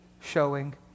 showing